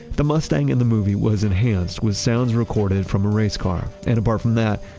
the mustang in the movie was enhanced with sounds recorded from a race car. and apart from that,